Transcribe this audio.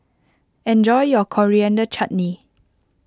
enjoy your Coriander Chutney